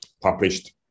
published